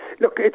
look